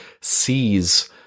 sees